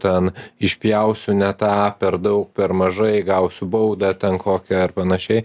ten išpjausiu ne tą per daug per mažai gausiu baudą ten kokią ar panašiai